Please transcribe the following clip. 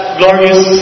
glorious